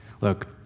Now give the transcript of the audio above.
Look